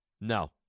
No